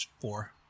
four